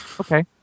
Okay